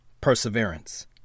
perseverance